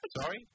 Sorry